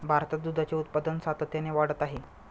भारतात दुधाचे उत्पादन सातत्याने वाढत आहे